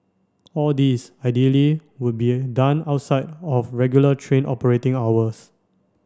all this ideally would be done outside of regular train operating hours